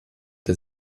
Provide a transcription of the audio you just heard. der